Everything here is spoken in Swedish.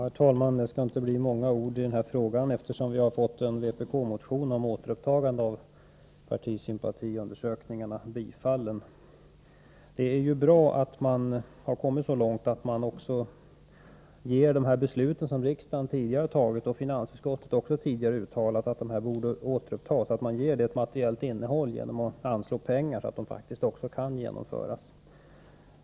Herr talman! Det skall inte bli många ord från mig i den här frågan, eftersom vi fått en vpk-motion om återupptagande av partisympatiundersökningarna bifallen. Det är ju bra att man har kommit så långt att man också ger de beslut som riksdagen tidigare har fattat — och finansutskottet har också tidigare uttalat att dessa undersökningar borde återupptas — ett materiellt innehåll genom att anslå pengar, så att undersökningarna faktiskt kan genomföras.